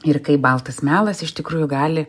ir kaip baltas melas iš tikrųjų gali